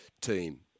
team